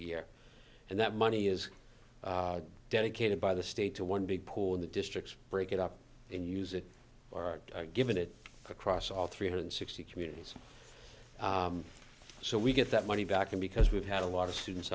year and that money is dedicated by the state to one big pool in the districts break it up and use it or given it across all three hundred sixty communities so we get that money back and because we've had a lot of students